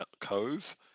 cove